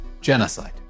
genocide